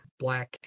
black